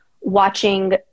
watching